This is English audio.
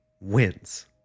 wins